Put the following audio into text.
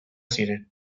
ziren